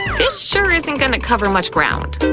this sure isn't gonna cover much ground.